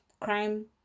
crime